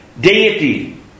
Deity